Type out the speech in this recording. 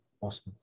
awesome